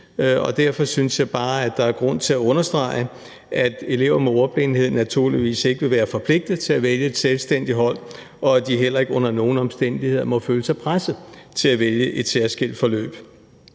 derfor synes jeg bare, at der er grund til at understrege, at elever med ordblindhed naturligvis ikke vil være forpligtet til at vælge et selvstændigt hold, og at de heller ikke under nogen omstændigheder må føle sig presset til at vælge et særskilt forløb.